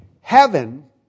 Heaven